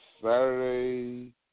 Saturday